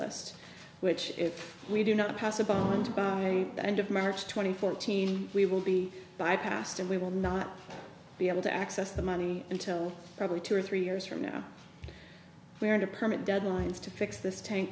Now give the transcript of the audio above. list which if we do not pass a bond by the end of march twenty fourth team we will be bypassed and we will not be able to access the money until probably two or three years from now we're going to permit deadlines to fix this tank